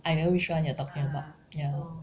I know which one you are talking about ya